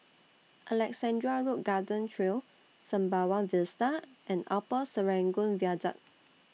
Alexandra Road Garden Trail Sembawang Vista and Upper Serangoon Viaduct